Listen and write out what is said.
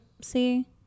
see